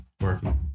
working